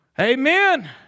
Amen